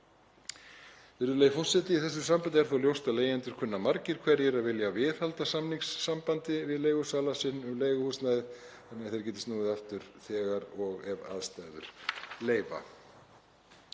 Virðulegi forseti. Í þessu sambandi er þó ljóst að leigjendur kunna margir hverjir að vilja viðhalda samningssambandi við leigusala sinn um leiguhúsnæðið þannig að þeir geti snúið aftur heim þegar og ef aðstæður leyfa.